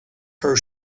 her